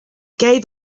gave